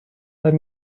let